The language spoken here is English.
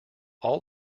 all